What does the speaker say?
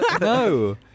No